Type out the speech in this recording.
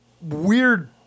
weird